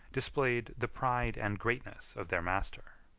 displayed the pride and greatness of their master.